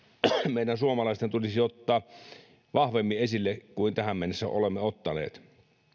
meidän suomalaisten tulisi ottaa vahvemmin esille kuin tähän mennessä olemme ottaneet